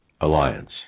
Alliance